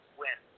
win